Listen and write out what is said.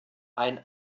ein